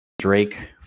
Drake